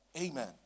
Amen